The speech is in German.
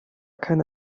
keine